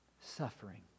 Suffering